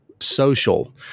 social